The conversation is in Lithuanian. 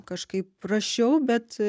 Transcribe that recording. kažkaip rašiau bet